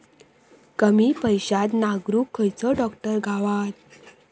कमी पैशात नांगरुक खयचो ट्रॅक्टर गावात?